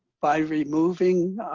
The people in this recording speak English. by removing